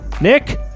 Nick